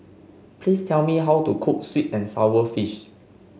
please tell me how to cook sweet and sour fish